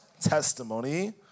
Testimony